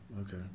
okay